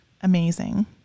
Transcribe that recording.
amazing